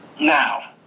Now